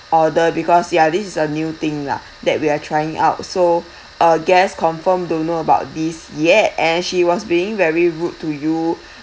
order because ya this is a new thing lah that we are trying out so our guests confirm don't know about this yet and she was being very rude to you